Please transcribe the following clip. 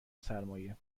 سرمایه